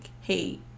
hey